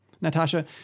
Natasha